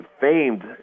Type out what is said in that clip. famed